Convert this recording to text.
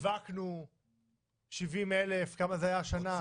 שיווקנו 70,000 או כמה זה היה השנה?